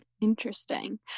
Interesting